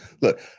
look